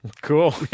Cool